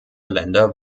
länder